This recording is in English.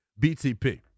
BTP